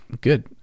good